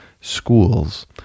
schools